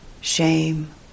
shame